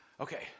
Okay